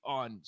on